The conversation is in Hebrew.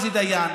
עוזי דיין,